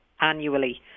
annually